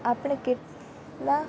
આપણે કેટલા